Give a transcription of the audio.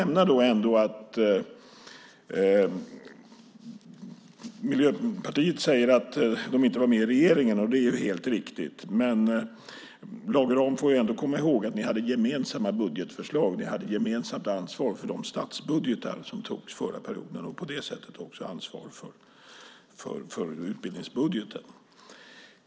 Miljöpartiet säger att man inte var med i regeringen, och det är ju helt riktigt. Men Lage Rahm får ändå komma ihåg att ni hade gemensamma budgetförslag. Ni hade gemensamt ansvar för de statsbudgetar som antogs förra perioden och på det sättet också ansvar för utbildningsbudgeten.